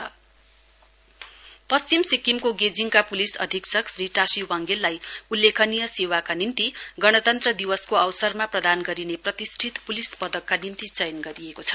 police medal पश्चिम सिक्किमको गेजिङका प्लिस अधीक्षक श्री टाशी वाङगेललाई उल्लेखनीय सेवाका लागि गणतन्त्र दिवसको अवसरमा प्रदान गरिने प्रतिष्ठित पुलिस पदकका निम्ति चयन गरिएको छ